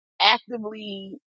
actively